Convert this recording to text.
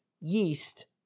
yeast